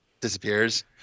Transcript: disappears